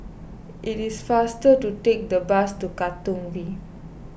it is faster to take the bus to Katong V